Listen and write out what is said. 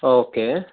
okay